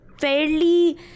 fairly